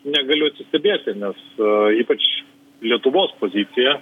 negaliu atsistebėti nes ypač lietuvos pozicija